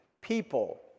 people